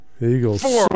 eagles